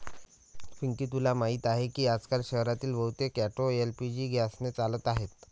पिंकी तुला माहीत आहे की आजकाल शहरातील बहुतेक ऑटो एल.पी.जी गॅसने चालत आहेत